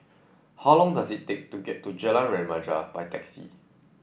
how long does it take to get to Jalan Remaja by taxi